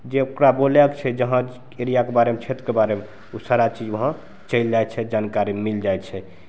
जे ओकरा बोलैके छै जहाँ एरियाके बारेमे क्षेत्रके बारेमे ओ सारा चीज वहाँ चलि जाइ छै जानकारी मिलि जाइ छै